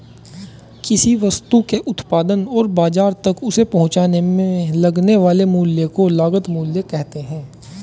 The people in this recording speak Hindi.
किसी वस्तु के उत्पादन और बाजार तक उसे पहुंचाने में लगने वाले मूल्य को लागत मूल्य कहते हैं